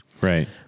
Right